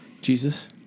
Jesus